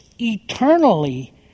eternally